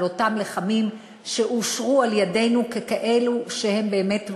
אותם לחמים שאושרו על-ידינו ככאלה שהם באמת ראויים,